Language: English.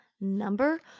number